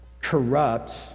corrupt